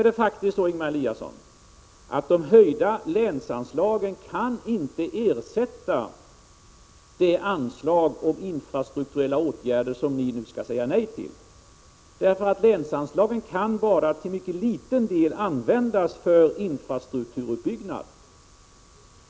De höjda länsanslagen kan, Ingemar Eliasson, inte ersätta de anslag och infrastrukturella åtgärder som ni nu skall säga nej till. Länsanslagen kan bara till en mycket liten del användas till infrastrukturell uppbyggnad.